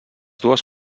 dues